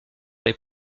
les